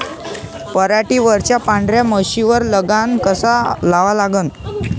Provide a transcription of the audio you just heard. पराटीवरच्या पांढऱ्या माशीवर लगाम कसा लावा लागन?